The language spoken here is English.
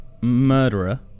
murderer